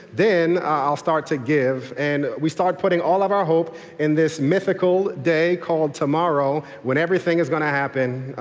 then i'll start to give and we start putting all of our hope in this mythical day called tomorrow when everything is going to happen.